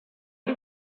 did